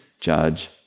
judge